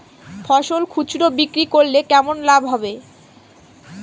ফসল খুচরো বিক্রি করলে কেমন লাভ হবে?